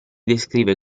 descrive